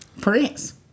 Prince